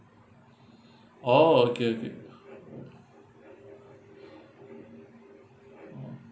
oh okay okay